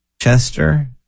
Chester